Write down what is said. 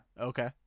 okay